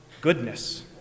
goodness